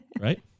Right